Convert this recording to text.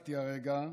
שהצגתי הרגע,